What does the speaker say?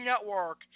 Network